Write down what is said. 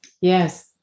Yes